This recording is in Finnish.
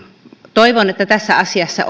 toivon että tässä asiassa